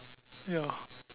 ya